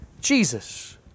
Jesus